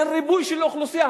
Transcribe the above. אין ריבוי של אוכלוסייה,